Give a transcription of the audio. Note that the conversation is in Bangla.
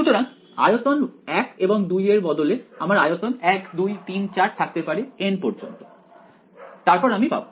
সুতরাং আয়তন 1 এবং 2 এর বদলে আমার আয়তন 1 2 3 4 থাকতে পারে n পর্যন্ত তারপর আমি পাব